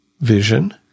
vision